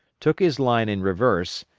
took his line in reverse,